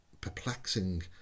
perplexing